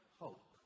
hope